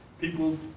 people